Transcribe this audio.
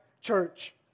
church